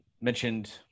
mentioned